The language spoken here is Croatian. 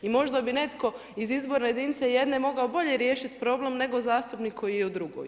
I možda bi netko iz izborne jedinice jedne mogao bolje riješiti problem nego zastupnik koji je u drugoj.